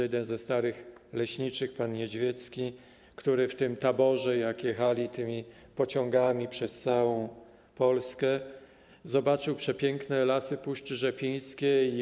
Jeden ze starych leśniczych, pan Niedźwiecki, w tym taborze, jak jechali tymi pociągami przez całą Polskę, zobaczył przepiękne lasy Puszczy Rzepińskiej.